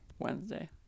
Wednesday